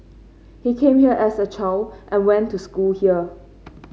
he came here as a child and went to school here